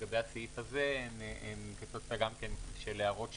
לגבי הסעיף הזה הם גם בעקבות הערות שלנו.